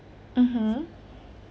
mmhmm